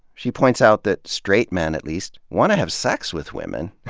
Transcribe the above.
she points out that straight men at least want to have sex with women,